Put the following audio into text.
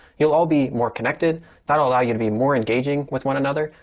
you'll all be more connected that allow you to be more engaging with one another.